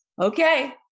okay